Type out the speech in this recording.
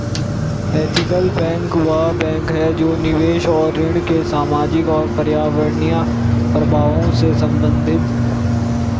ethical bank वह bank है जो निवेश और ऋण के सामाजिक और पर्यावरणीय प्रभावों से संबंधित है